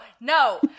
no